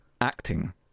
acting